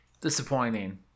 Disappointing